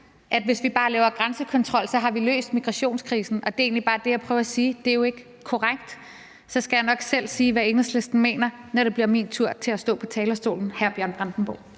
at hvis vi bare laver grænsekontrol, så har vi løst migrationskrisen. Og det, jeg egentlig bare prøver at sige, er, at det jo ikke er korrekt. Så skal jeg nok selv sige, hvad Enhedslisten mener, når det bliver min tur til at stå på talerstolen, hr. Bjørn Brandenborg.